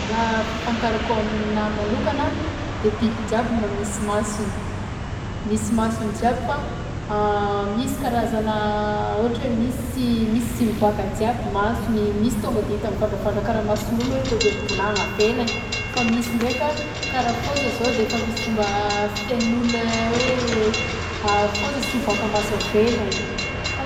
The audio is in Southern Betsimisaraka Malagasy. Raha fahafantarako aminah manokana a de biby jiaby ma- misy masony, misy masony jiaby fa misy karazana ôhatra hoe misy misy mivoaka jiaby masony, misy tônga de hita mivandravandra karaha mason'olo hoe to de mibonana avelany fa misy ndraika karaha foagnaza zao de efa misy foagnamba fiten'olo le hoe a foagnaza sy avaoka amaso avelany.